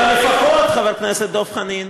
אבל לפחות, חבר הכנסת דב חנין,